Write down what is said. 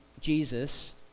Jesus